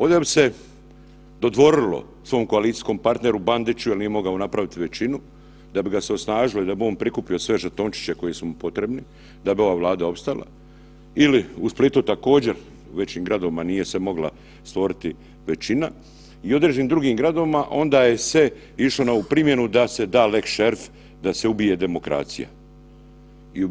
Ovdje da bi se dodvorilo svom koalicijskom partneru Bandiću jel nije mogao napraviti većinu da bi ga se osnažilo i da bi on prikupio sve žetončiće koji su mu potrebni, da bi ova Vlada ostala ili u Splitu također, u većim gradovima nije se mogla stvoriti većina i u određenim drugim gradovima onda je se išlo na ovu primjenu da se da lex šerif da se ubije demokracija i